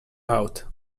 out